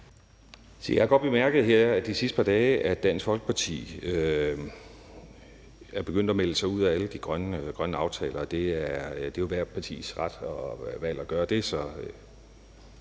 jeg har godt bemærket her de sidste par dage, at Dansk Folkeparti er begyndt at melde sig ud af alle de grønne aftaler. Det er jo ethvert partis ret og valg at gøre det.